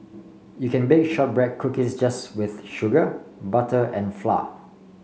you can bake shortbread cookies just with sugar butter and flour